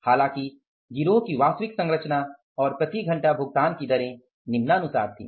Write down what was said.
हालांकि गिरोह की वास्तविक संरचना और प्रति घंटा भुगतान की दरें निम्नानुसार थीं